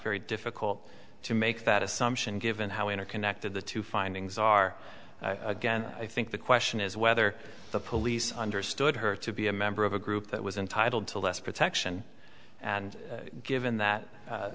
very difficult to make that assumption given how interconnected the two findings are again i think the question is whether the police understood her to be a member of a group that was entitled to less protection and given